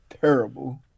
terrible